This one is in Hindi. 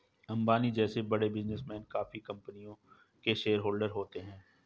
अंबानी जैसे बड़े बिजनेसमैन काफी कंपनियों के शेयरहोलडर होते हैं